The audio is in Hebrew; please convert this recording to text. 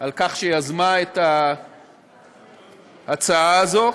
על כך שיזמה את ההצעה הזאת.